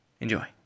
Enjoy